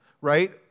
right